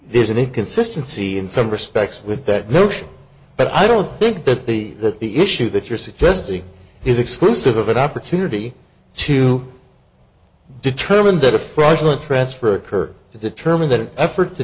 there's an inconsistency in some respects with that notion but i don't think that the that the issue that you're suggesting is exclusive of an opportunity to determined that a fraudulent transfer occurred to determine that effort to